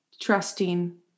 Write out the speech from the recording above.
trusting